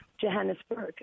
Johannesburg